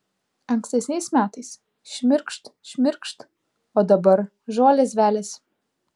ankstesniais metais šmirkšt šmirkšt o dabar žolės veliasi